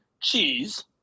cheese